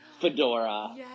fedora